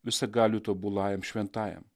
visagaliui tobulajam šventajam